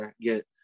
get –